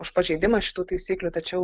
už pažeidimą šitų taisyklių tačiau